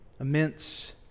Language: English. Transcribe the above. immense